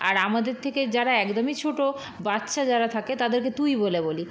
আর আমাদের থেকে যারা একদমই ছোটো বাচ্চা যারা থাকে তাদেরকে তুই বলে বলি